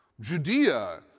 Judea